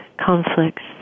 conflicts